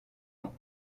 ans